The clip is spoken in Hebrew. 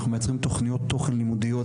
אנחנו מייצרים תכניות תוכן לימודיות,